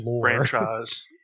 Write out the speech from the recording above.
franchise